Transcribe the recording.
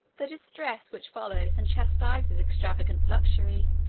the distress which follows and chastises extravagant luxury,